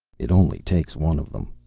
it only takes one of them.